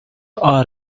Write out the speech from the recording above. are